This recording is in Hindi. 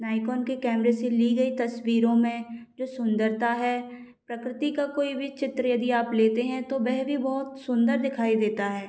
नायकोन के कैमरे से ली गई तस्वीरों में जो सुंदरता है प्रकृति का कोई भी चित्र यदि आप लेते हैं तो वह भी बहुत सुंदर दिखाई देता है